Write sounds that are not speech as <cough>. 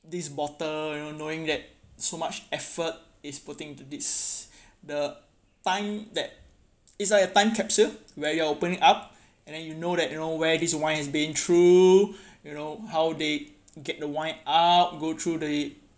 this bottle you know knowing that so much effort is putting to this <breath> the time that it's like a time capsule where you are opening up <breath> and then you know that you know where this wine is been through <breath> you know how they get the wine out go through the